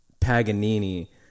paganini